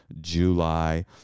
July